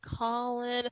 Colin